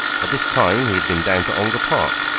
at this time he had been down to ongar park,